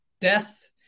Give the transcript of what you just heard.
death